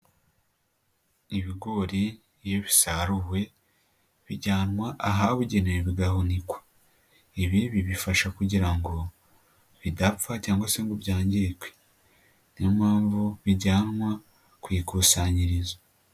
Ibigori iyo bisaruwe bijyanwa ahabugenewe bigahunikwa. Ibi bibifasha kugira ngo bidapfa cyangwa se ngo byangirike niyo mpamvu bijyanwa ku ikusanyirizo.